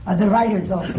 and the writers all